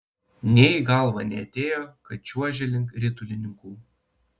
nė į galvą neatėjo kad čiuožia link ritulininkų